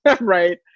right